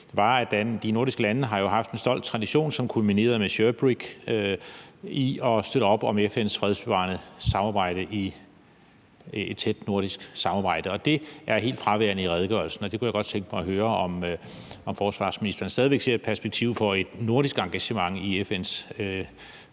ene var, at de nordiske lande jo har haft en stolt tradition, som kulminerede med SHIRBRIG, med hensyn til at støtte op om FN's fredsbevarende arbejde i et tæt nordisk samarbejde. Det er helt fraværende i redegørelsen, og jeg kunne godt tænke mig at høre, om forsvarsministeren stadig væk ser et perspektiv for et nordisk engagement i FN's fredsbevarende